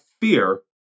fear